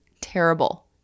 Terrible